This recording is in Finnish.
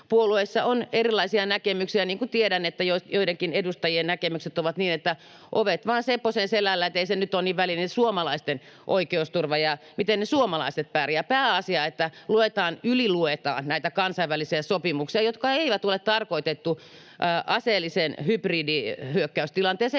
puolueissa on erilaisia näkemyksiä, niin kuin tiedän, että joidenkin edustajien näkemykset ovat sellaiset, että ovet vain sepposen selälleen, että ei nyt ole niin väliä suomalaisten oikeusturvalla ja miten ne suomalaiset pärjäävät. Pääasia, että luetaan — yliluetaan — näitä kansainvälisiä sopimuksia, jotka eivät ole tarkoitettuja aseelliseen hybridihyökkäystilanteeseen